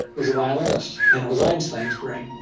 was a violinist. and it was einstein's brain.